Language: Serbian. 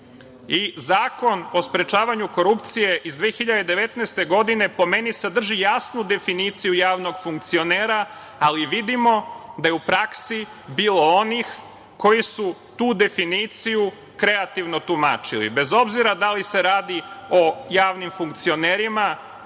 menjan. Zakon o sprečavanju korupcije iz 2019. godine, po meni, sadrži jasnu definiciju javnog funkcionera, ali vidimo da je u praksi bilo onih koji su tu definiciju kreativno tumačili, bez obzira da li se radi o javnim funkcionerima